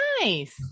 nice